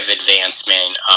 advancement